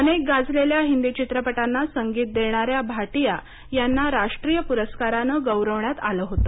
अनेक गाजलेल्या हिंदी चित्रपटांना संगीत देणाऱ्या भाटीया यांना राष्ट्रीय पुरस्कारानं गौरवण्यात आलं होत